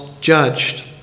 judged